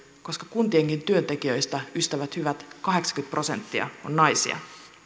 koska kuntienkin työntekijöistä ystävät hyvät kahdeksankymmentä prosenttia on naisia